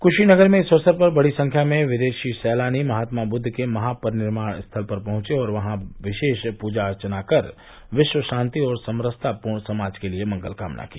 कूशीनगर में इस अवसर पर बड़ी संख्या में विदेशी सैलानी महात्मा बुद्द के महापरिनिर्वाण स्थल पर पहुंचे और वहां विशेष पूजा अर्चना कर विश्व शान्ति और समरसतापूर्ण समाज के लिये मंगल कामना की